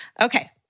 Okay